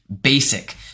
basic